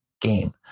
game